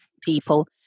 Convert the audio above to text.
people